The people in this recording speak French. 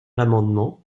l’amendement